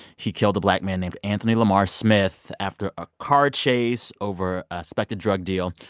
he killed a black man named anthony lamar smith after a car chase over a suspected drug deal.